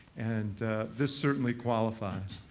and this certainly qualifies.